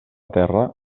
terra